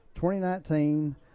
2019